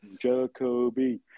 Jacoby